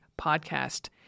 podcast